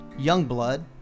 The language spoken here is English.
Youngblood